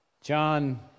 John